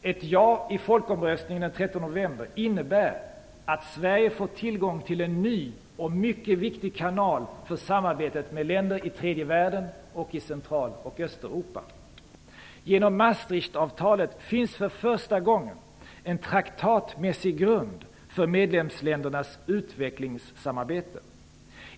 Ett ja i folkomröstningen den 13 november innebär att Sverige får tillgång till en ny och mycket viktig kanal för samarbetet med länder i tredje världen och i Genom Maastrichtavtalet finns för första gången en traktatsmässig grund för medlemsländernas utvecklingssamarbete.